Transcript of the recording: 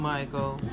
Michael